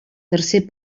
tercer